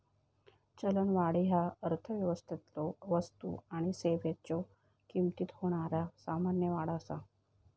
चलनवाढ ह्या अर्थव्यवस्थेतलो वस्तू आणि सेवांच्यो किमतीत होणारा सामान्य वाढ असा